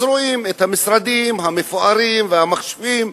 אז רואים את המשרדים המפוארים והמחשבים,